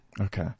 Okay